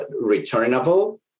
returnable